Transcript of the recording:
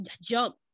jump